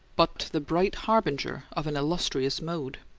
but the bright harbinger of an illustrious mode.